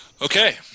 Okay